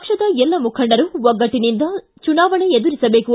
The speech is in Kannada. ಪಕ್ಷದ ಎಲ್ಲ ಮುಖಂಡರು ಒಗ್ಗಟ್ಟನಿಂದ ಚುನಾವಣೆ ಎದುರಿಸಬೇಕು